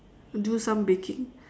do some baking